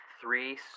three